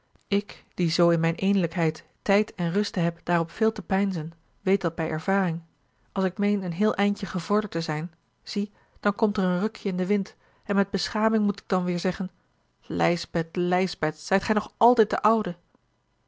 ik die zoo in mijne eenlijkheid tijd en ruste heb daarop veel te peinzen weet dat bij ervaring als ik meen een heel eindje gevorderd te zijn zie dan komt er een rukje in den wind en met beschaming moet ik dan weêr zeggen lijsbeth lijsbeth zijt gij nog altijd de oude